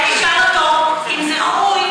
אולי תשאל אותו אם זה ראוי